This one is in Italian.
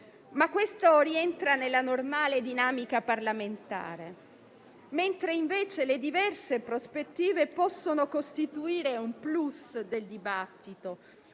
ma questo rientra nella normale dinamica parlamentare. Al contrario, le diverse prospettive possono costituire un *plus* del dibattito,